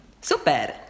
Super